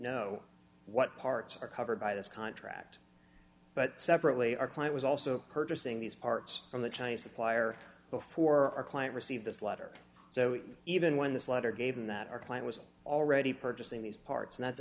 know what parts are covered by this contract but separately our client was also purchasing these parts from the chinese supplier before our client received this letter so even when this letter gave them that our client was already purchasing these parts and that's